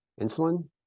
Insulin